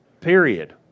Period